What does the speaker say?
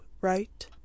right